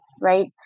right